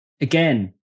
again